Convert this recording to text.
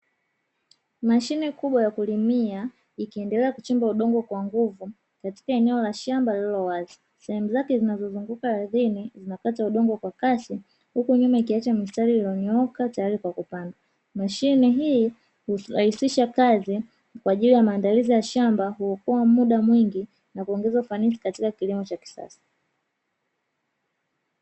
Mashine kubwa ya kulimia ikiendelea kuchimba udongo kwa nguvu katika eneo la shamba linalowaza sehemu zake zinavyozunguka ardhini wakati wa udongo kwa kasi huku nyuma ikiacha mistari iliyonyooka tayari kwa kupanda. Mashine hii kurahisisha kazi kwa ajili ya maandalizi ya shamba kuokoa muda mwingi na kuongeza ufanisi katika kilimo cha kisasa.